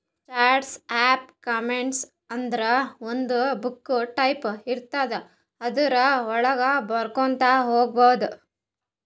charts of accounts ಅಂದುರ್ ಒಂದು book type ಇರ್ತುದ್ ಅದುರ್ ವಳಾಗ ಬರ್ಕೊತಾ ಹೋಗ್ಬೇಕ್